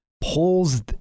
pulls